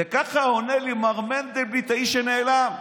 וככה עונה לי מר מנדלבליט, האיש שנעלם.